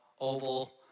Oval